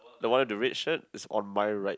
the one with the red shirt is on my right